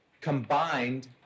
combined